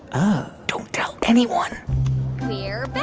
oh don't tell anyone we're but